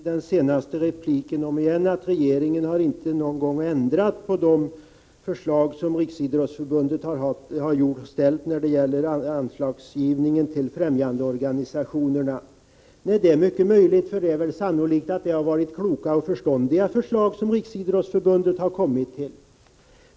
Fru talman! Elisabeth Fleetwood sade i sin senaste replik att regeringen inte någon gång ändrat på de förslag som Riksidrottsförbundet framställt när det gäller anslagsgivningen till ffrämjandeorganisationerna. Det är mycket möjligt, för det är väl sannolikt att det har varit kloka och förståndiga förslag som Riksidrottsförbundet har kommit med.